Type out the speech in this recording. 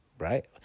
right